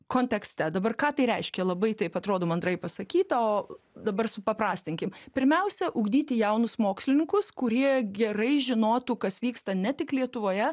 kontekste dabar ką tai reiškia labai taip atrodo mandrai pasakyta o dabar supaprastinkim pirmiausia ugdyti jaunus mokslininkus kurie gerai žinotų kas vyksta ne tik lietuvoje